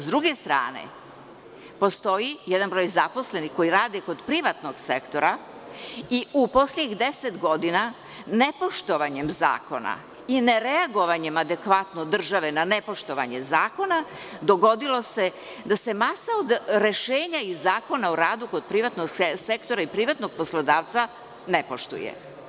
Sa druge strane, postoji jedan broj zaposlenih koji radi kod privatnog sektora i u poslednjih deset godina nepoštovanjem zakona i ne reagovanjem adekvatno države na nepoštovanje zakona, dogodilo se da se masom, rešenja iz Zakona o radu kod privatnog sektora i privatnog poslodavca, ne poštuje.